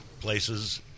places